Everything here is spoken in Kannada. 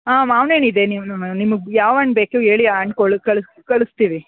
ಹಾಂ ಮಾವ್ನಣ್ಣು ಇದೆ ನಿಮ್ಮ ನಿಮ್ಗೆ ಯಾವ ಹಣ್ ಬೇಕು ಹೇಳಿ ಆ ಹಣ್ ಕೊಳ್ ಕಳ್ ಕಳಿಸ್ತೀವಿ